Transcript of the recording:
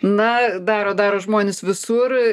na daro daro žmonės visur